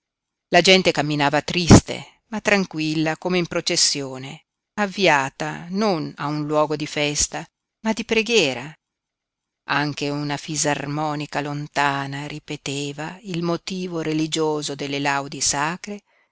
la gente camminava triste ma tranquilla come in processione avviata non a un luogo di festa ma di preghiera anche una fisarmonica lontana ripeteva il motivo religioso delle laudi sacre